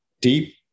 deep